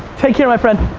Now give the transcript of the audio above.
take care, my friend.